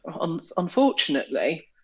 unfortunately